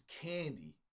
candy